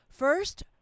First